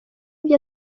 ibyo